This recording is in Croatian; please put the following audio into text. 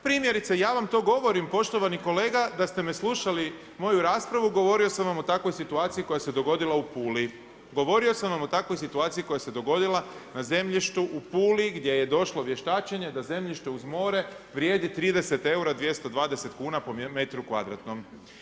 Primjerice, ja vam to govorim poštovani kolega da ste slušali moju raspravu govorio sam vam o takvoj situaciji koja se dogodila u Puli, govorio sam o takvoj situaciji koja se dogodila na zemljištu u Puli gdje je došlo vještačenje da zemljište uz more vrijedi 30 eura, 220 kuna po metru kvadratnom.